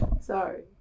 Sorry